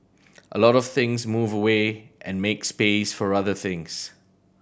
a lot of things move away and make space for other things